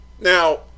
Now